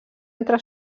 entre